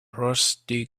rusty